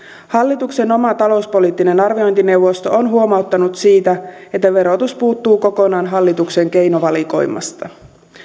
hallituksen oma talouspoliittinen arviointineuvosto on huomauttanut siitä että verotus puuttuu kokonaan hallituksen keinovalikoimasta